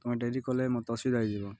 ତମେ ଡେରି କଲେ ମତେ ଅସୁବିଧା ହୋଇଯିବ